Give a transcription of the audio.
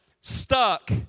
stuck